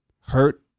hurt